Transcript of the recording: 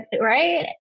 right